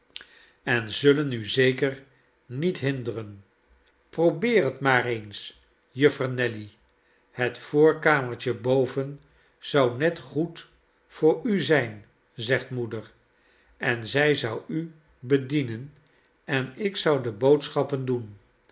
en zullen u zeker niet hinderen probeer het maar eens juffer nelly het voorkamertje boven zou net goed voor u zijn zegt moeder en zij zou u bedienen en ik zou de boodschappen doen